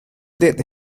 did